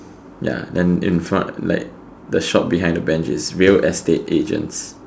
ya then in front like the shop behind the bench is real estate agents